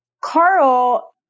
Carl